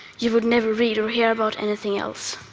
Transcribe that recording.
you would never read or hear about anything else,